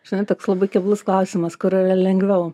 žinai toks labai keblus klausimas kur yra lengviau